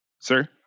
Sir